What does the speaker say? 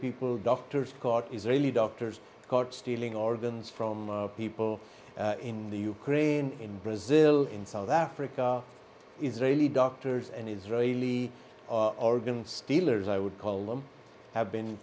people doctors caught israeli doctors caught stealing organs from people in the ukraine in brazil in south africa israeli doctors and israeli organ stealers i would call them have been